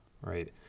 right